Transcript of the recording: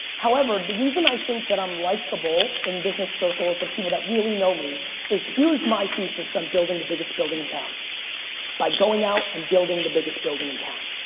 however, the reason i think that i'm likable in business circles of people that really know me is here's my thesis on building the biggest building in town by going out and building the biggest building in town.